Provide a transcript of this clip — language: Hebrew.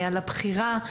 על הבחירה,